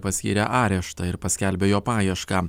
paskyrė areštą ir paskelbė jo paiešką